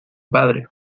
padre